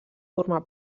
formar